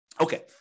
Okay